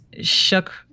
shook